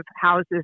houses